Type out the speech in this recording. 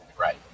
Right